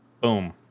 Boom